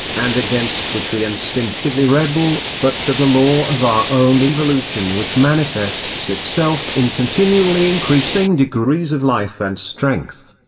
and against which we instinctively rebel, but to the law of our own evolution which manifests itself in continually increasing degrees of life and strength.